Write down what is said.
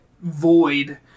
void